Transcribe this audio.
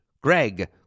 Greg